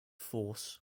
force